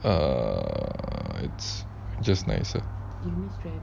err it's just nicer